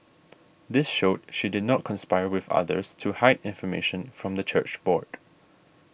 this showed she did not conspire with others to hide information from the church board